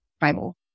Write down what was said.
Bible